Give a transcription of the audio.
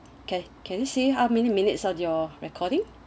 okay can see how many minutes of your recording